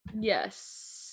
yes